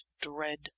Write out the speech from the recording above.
dread